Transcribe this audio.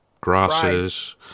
grasses